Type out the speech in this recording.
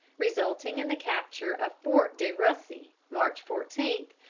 resulting in the capture of fort de russy, march fourteen,